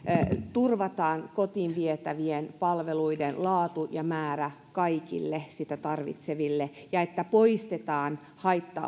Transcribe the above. turvataan kotiin vietävien palveluiden laatu ja määrä kaikille niitä tarvitseville ja että poistetaan haitta